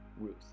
Ruth